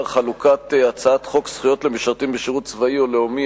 חלוקת הצעת חוק זכויות למשרתים בשירות צבאי או לאומי,